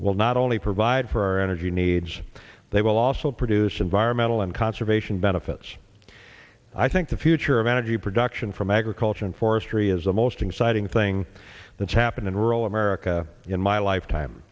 will not only provide for our energy needs they will also produce environmental and conservation benefits i think the future of energy production from agriculture and forestry is the most exciting thing that's happened in rural america in my lifetime